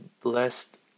blessed